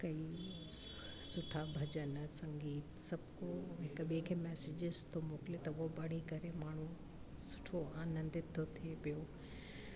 कई सुठा भजन संगीत सभु को हिकु ॿिए खे मैसेजेस थो मोकिले त उहो पढ़ी करे माण्हू सुठो आनंदित थो थिए पियो